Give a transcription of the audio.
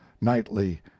nightly